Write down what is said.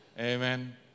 Amen